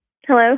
Hello